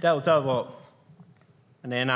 Därutöver måste jag ställa